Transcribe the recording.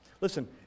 Listen